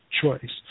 choice